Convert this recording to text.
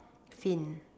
fin